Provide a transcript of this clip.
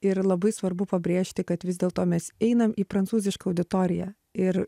ir labai svarbu pabrėžti kad vis dėlto mes einame į prancūzišką auditoriją ir